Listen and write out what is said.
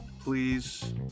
please